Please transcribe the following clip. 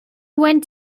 went